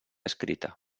escrita